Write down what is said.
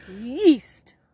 Yeast